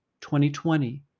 2020